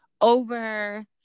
over